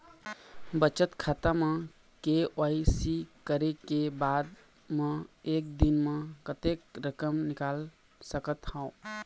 बचत खाता म के.वाई.सी करे के बाद म एक दिन म कतेक रकम निकाल सकत हव?